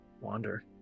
Wander